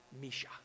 Misha